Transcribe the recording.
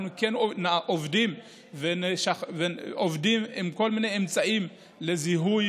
אנחנו כן עובדים עם כל מיני אמצעים לזיהוי